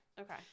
Okay